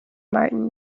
martin